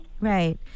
Right